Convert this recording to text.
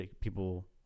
people